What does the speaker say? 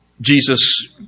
Jesus